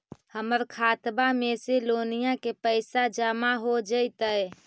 हमर खातबा में से लोनिया के पैसा जामा हो जैतय?